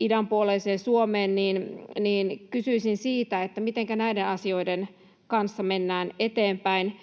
idänpuoleiseen Suomeen. Kysyisin siitä, mitenkä näiden asioiden kanssa mennään eteenpäin.